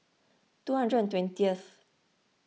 two hundred and twentieth